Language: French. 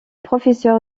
professeur